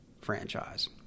franchise